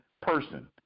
person